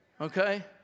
Okay